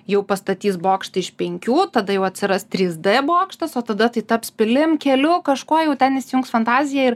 jau pastatys bokštą iš penkių tada jau atsiras trys d bokštas o tada tai taps pilim keliu kažkuo jau ten įsijungs fantazija ir